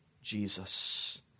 Jesus